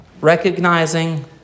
recognizing